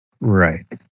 Right